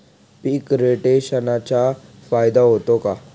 पीक रोटेशनचा फायदा होतो का?